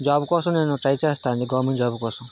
job కోసం నేను try చేస్తా అండి గవర్నమెంట్ జాబ్ కోసం